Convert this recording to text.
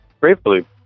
gratefully